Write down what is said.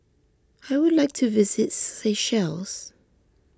I would like to visit Seychelles